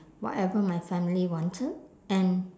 whatever my family wanted and